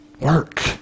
work